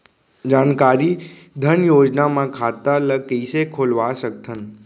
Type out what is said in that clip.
जानकारी धन योजना म खाता ल कइसे खोलवा सकथन?